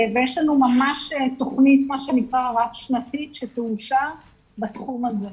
יש לנו ממש תכנית רב-שנתית שתאושר בתחום הזה.